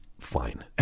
fine